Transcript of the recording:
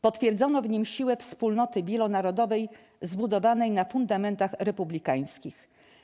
Potwierdzono w nim siłę wspólnoty wielonarodowej zbudowanej na fundamentach republikańskich.